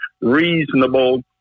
reasonable